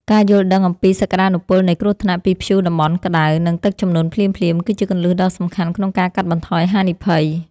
ការយល់ដឹងអំពីសក្ដានុពលនៃគ្រោះថ្នាក់ពីព្យុះតំបន់ក្ដៅ និងទឹកជំនន់ភ្លាមៗ គឺជាគន្លឹះដ៏សំខាន់ក្នុងការកាត់បន្ថយហានិភ័យ។